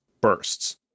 Bursts